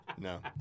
No